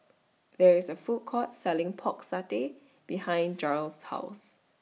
There IS A Food Court Selling Pork Satay behind Jair's House